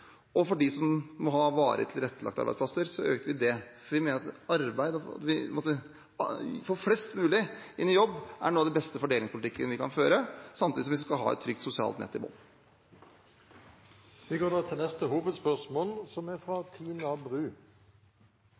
og for dem som må ha varig tilrettelagte arbeidsplasser, økte vi det. Vi mener at det å få flest mulig i jobb er noe av den beste fordelingspolitikken vi kan føre, samtidig som vi skal ha et trygt sosialt nett i bunnen. Vi går til neste hovedspørsmål. Finansministeren sto nettopp på talerstolen her og sa at de som